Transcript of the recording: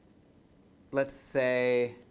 let's say,